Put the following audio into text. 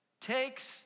takes